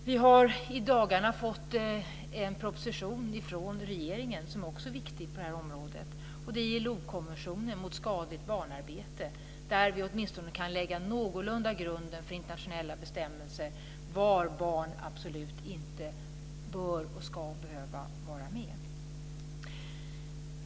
Vi har i dagarna fått en proposition från regeringen på det här området som också är viktig. Det gäller ILO-konventionen mot skadligt barnarbete. Där kan vi åtminstone någorlunda lägga en grund för internationella bestämmelser om var barn absolut inte bör och ska behöva vara med.